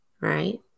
right